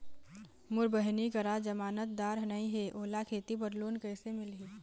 मोर बहिनी करा जमानतदार नई हे, ओला खेती बर लोन कइसे मिलही?